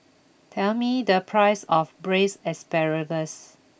tell me the price of braised asparagus